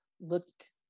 looked